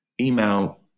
email